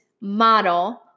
model